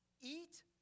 Eat